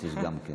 יש גם כן